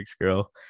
girl